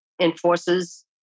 enforces